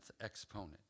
exponent